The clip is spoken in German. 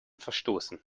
verstoßen